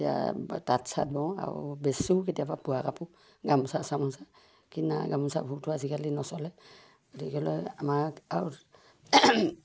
এতিয়া তাঁত চাত বওঁ আৰু বেচোঁও কেতিয়াবা বোৱা কাপোৰ গামোচা চামোচা কিনা গামোচাবোৰটো আজিকালি নচলে গতিকেলৈ আমাক আৰু